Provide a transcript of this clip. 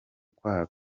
kwayo